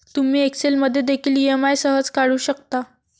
तुम्ही एक्सेल मध्ये देखील ई.एम.आई सहज काढू शकता